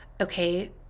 okay